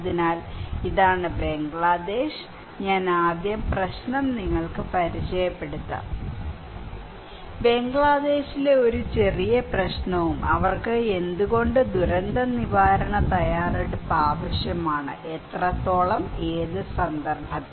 അതിനാൽ ഇതാണ് ബംഗ്ലാദേശ് ഞാൻ ആദ്യം പ്രശ്നം നിങ്ങൾക്ക് പരിചയപ്പെടുത്താം ബംഗ്ലാദേശിലെ ഒരു ചെറിയ പ്രശ്നവും അവർക്ക് എന്തുകൊണ്ട് ദുരന്തനിവാരണ തയ്യാറെടുപ്പ് ആവശ്യമാണ് എത്രത്തോളം ഏത് സന്ദർഭത്തിൽ